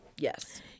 Yes